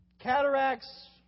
Cataracts